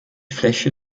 fläche